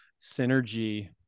synergy